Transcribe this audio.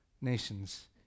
nations